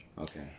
Okay